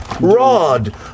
rod